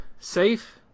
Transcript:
safe